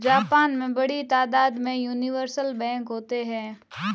Japan में बड़ी तादाद में यूनिवर्सल बैंक होते हैं